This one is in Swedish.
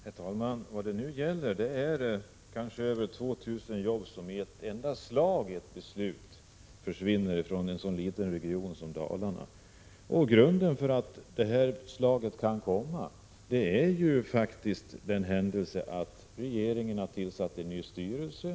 Herr talman! Det som nu gäller är att kanske mer än 2 000 jobb i ett enda slag försvinner från en så liten region som Dalarna. Att detta kan hända beror ju på att regeringen har tillsatt en ny styrelse.